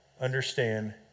Understand